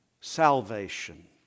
salvation